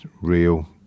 real